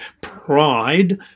pride